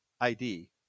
ID